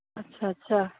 ਅੱਛਾ ਅੱਛਾ